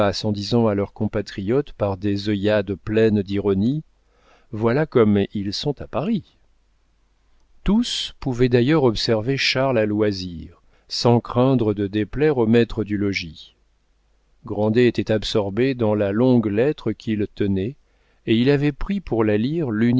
en disant à leurs compatriotes par des œillades pleines d'ironie voilà comme ils sont à paris tous pouvaient d'ailleurs observer charles à loisir sans craindre de déplaire au maître du logis grandet était absorbé dans la longue lettre qu'il tenait et il avait pris pour la lire